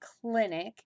Clinic